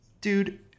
dude